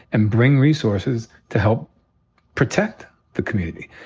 and bring resources to help protect the community.